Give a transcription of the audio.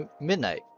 Midnight